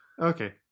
okay